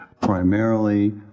primarily